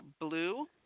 blue